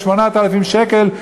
8,000 שקל,